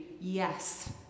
yes